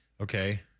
okay